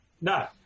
No